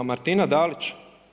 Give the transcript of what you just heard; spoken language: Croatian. Martina Dalić?